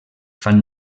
fan